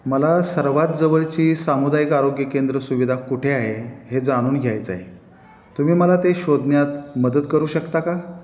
मला सर्वात जवळची सामुदायिक आरोग्य केंद्र सुविधा कुठे आहे हे जाणून घ्यायचं आहे तुम्ही मला ते शोधण्यात मदत करू शकता का